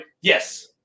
yes